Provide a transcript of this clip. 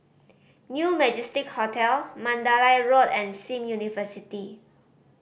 New Majestic Hotel Mandalay Road and Sim University